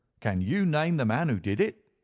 can you name the man who did it?